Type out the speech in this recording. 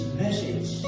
message